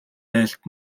айлд